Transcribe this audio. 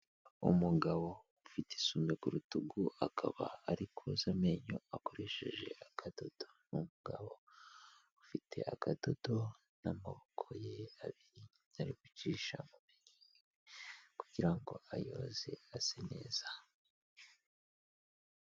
Umugabo ufite isume ku rutugu akaba ari koza amenyo akoresheje akadodo, ni umugabo ufite akadodo n'amaboko ye abiri ari gucisha mu menyo ye kugira ngo ayoze ase neza.